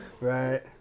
Right